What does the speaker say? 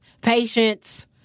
patience